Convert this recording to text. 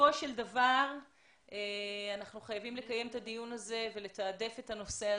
בסופו של דבר אנחנו חייבים לקיים את הדיון הזה ולתעדף את הנושא הזה.